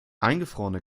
eingefrorene